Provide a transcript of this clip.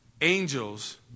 angels